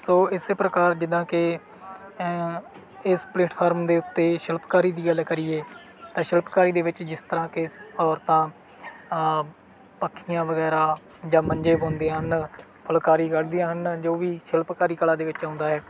ਸੋ ਇਸ ਪ੍ਰਕਾਰ ਜਿੱਦਾਂ ਕਿ ਇਸ ਪਲੇਟਫਾਰਮ ਦੇ ਉੱਤੇ ਸ਼ਿਲਪਕਾਰੀ ਦੀ ਗੱਲ ਕਰੀਏ ਤਾਂ ਸ਼ਿਲਪਕਾਰੀ ਦੇ ਵਿੱਚ ਜਿਸ ਤਰ੍ਹਾਂ ਕਿ ਔਰਤਾਂ ਪੱਖੀਆਂ ਵਗੈਰਾ ਜਾਂ ਮੰਜੇ ਬੁਣਦੀਆਂ ਹਨ ਫੁਲਕਾਰੀ ਕੱਢਦੀਆਂ ਹਨ ਜੋ ਵੀ ਸ਼ਿਲਪਕਾਰੀ ਕਲਾ ਦੇ ਵਿੱਚ ਆਉਂਦਾ ਹੈ